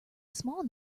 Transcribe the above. small